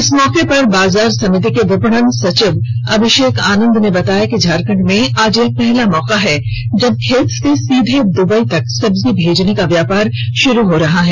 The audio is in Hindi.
इस मौके पर बाजार समिति के विपणन सचिव अभिषेक आनंद ने बताया कि झारखंड में आज यह पहला मौका है जब खेत से सीधे दुबई तक सब्जी भेजने का व्यापार शुरू हो रहा है